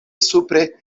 supre